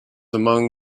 among